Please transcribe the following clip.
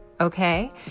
okay